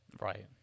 Right